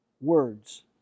words